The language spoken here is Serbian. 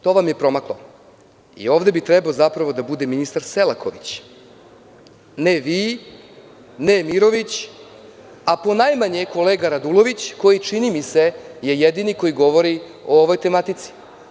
To vam je promaklo i ovde bi trebao zapravo da bude ministar Selaković, ne vi, ne Mirović, a ponajmanje kolega Radulović, koji, čini mi se, je jedini koji govori o ovoj tematici.